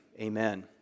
Amen